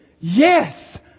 Yes